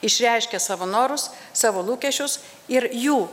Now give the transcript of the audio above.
išreiškia savo norus savo lūkesčius ir jų